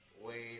wait